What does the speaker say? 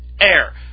air